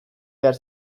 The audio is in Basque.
behar